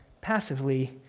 passively